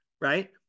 right